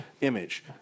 Image